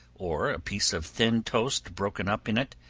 or a piece of thin toast broken up in it,